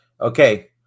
Okay